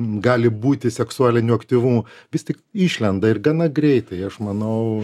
gali būti seksualiniu aktyvumu vis tik išlenda ir gana greitai aš manau